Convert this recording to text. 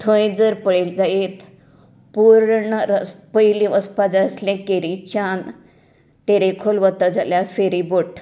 थंय जर पळयलें जायत पुर्ण रस्तो पयली वचपाक जाय आसले केरी केरीच्यान तेरखोल वता जाल्यार फेरी बोट